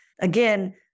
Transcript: again